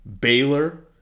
Baylor